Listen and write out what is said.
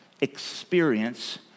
experience